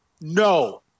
No